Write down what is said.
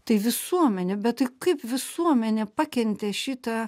tai visuomenė bet tai kaip visuomenė pakentė šitą